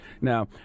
Now